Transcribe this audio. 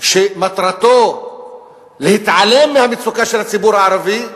שמטרתו להתעלם מהמצוקה של הציבור הערבי,